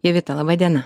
jovita laba diena